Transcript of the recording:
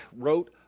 wrote